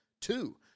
two